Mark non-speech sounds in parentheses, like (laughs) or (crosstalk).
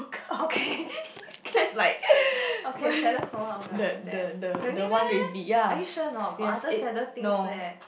okay (laughs) can okay saddest moment of your life is that really meh are you sure a not got other sadder things leh